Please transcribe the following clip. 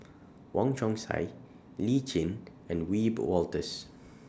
Wong Chong Sai Lee Tjin and Wiebe Wolters